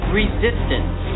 resistance